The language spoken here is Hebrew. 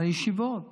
הישיבות